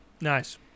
Nice